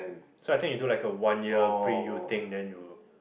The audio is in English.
so I think you do like a one year pre-U thing then you